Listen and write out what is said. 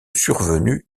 survenue